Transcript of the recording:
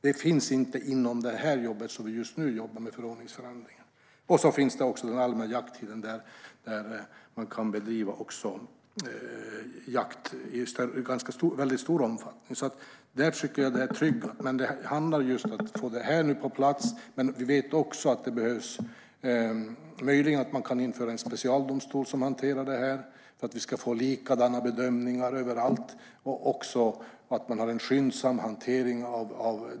Det finns inte inom det här jobbet som vi just nu gör med förordningsförändringen. Sedan finns också den allmänna jakttiden då man kan bedriva jakt i stor omfattning. Där tycker jag att det är tryggat. Men det handlar om att få det här på plats. Möjligen kan man införa en specialdomstol som hanterar det här, så att vi får likadana bedömningar överallt och också har en skyndsam hantering av ärendena.